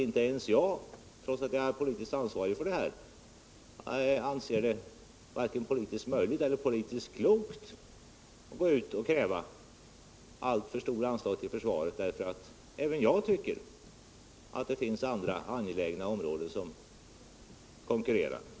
Inte ens jag, trots att jag är politiskt ansvarig för försvaret, anser det vare sig politiskt möjligt eller politiskt klokt att gå ut och kräva alltför stora anslag till försvaret, för även jag tycker att det finns andra angelägna områden som konkurrerar.